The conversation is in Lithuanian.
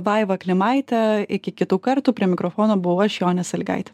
vaiva klimaite iki kitų kartų prie mikrofono buvau aš jonė sąlygaitė